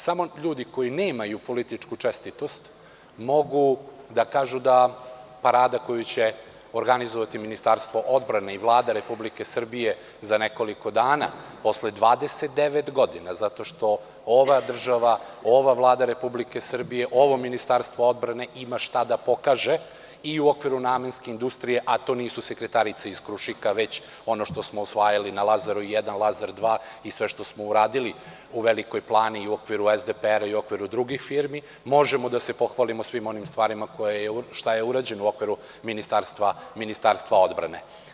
Samo ljudi koji nemaju političku čestitost mogu da kažu da parada koju će organizovati Ministarstvo odbrane i Vlada Republike Srbije, za nekoliko dana, posle 29 godina zato što ova država, ova vlada Republike Srbije, ovo Ministarstvo odbrane ima šta da pokaže i u okviru namenske industrije, a to nisu sekretarice iz „Krušika“ već ono što smo osvajali na „Lazaru 1“ i na „Lazaru 2“ i sve što smo uradili u Velikoj Plani i u okviru SDPR i u okviru drugih firmi možemo da se pohvalimo svim onim stvarima šta je urađeno u okviru Ministarstva odbrane.